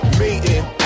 meeting